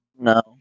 No